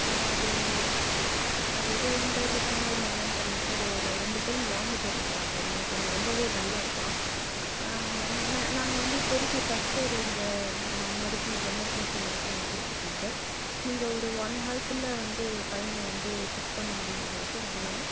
அது அது ஏதோ இன்டைஜஷன்னா இல்லை என்னன்னு தெர்லைங்க சார் ஒரு ரெண்டு டைம் வாமிட் எடுத்துவிட்டான் பையன் கொஞ்சம் ரொம்பவே டல்லாக இருக்கான் ந நாங்கள் வந்து இப்போதைக்கு ஃபஸ்ட் எய்டு இங்கே ம மெடிசன்ஸ் எமர்ஜென்சி மெடிசன் கொடுத்துருக்கோம் சார் நீங்கள் ஒரு ஒன் ஹார்குள்ளே வந்து பையனை வந்து பிக் பண்ண முடியுங்களா சார் உங்களால்